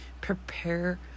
prepare